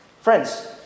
Friends